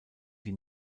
die